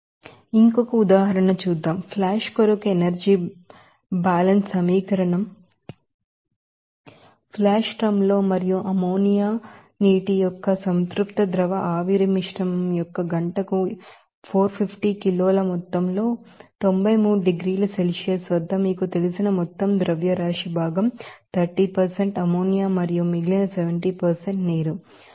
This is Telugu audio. మీకు తెలిసిన ఉదాహరణ ఫ్లాష్ కొరకు ఎనర్జీ బ్యాలెన్స్ సమీకరణం ఫ్లాష్ డ్రమ్ లో మరియు అమ్మోనియా నీటి యొక్క స్టాట్యురేటెడ్ లిక్విడ్ వేపర్ మిశ్రమం యొక్క గంటకు 450 కిలోల మొత్తంలో 93 డిగ్రీల సెల్సియస్ వద్ద మీకు తెలిసిన మొత్తం మాస్ ఫ్రేక్షన్ భాగం 30 అమ్మోనియా మరియు మిగిలిన 70 నీరు మీకు తెలుసు 344